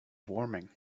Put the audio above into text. warming